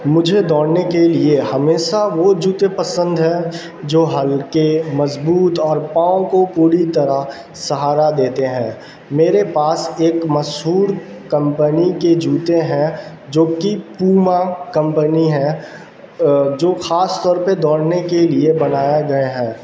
مجھے دوڑنے کے لیے ہمیشہ وہ جوتے پسند ہیں جو ہلکے مضبوط اور پاؤں کو پوری طرح سہارا دیتے ہیں میرے پاس ایک مشہور کمپنی کے جوتے ہیں جو کہ پوما کمپنی ہیں جو خاص طور پہ دوڑنے کے لیے بنائے گئے ہیں